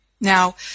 Now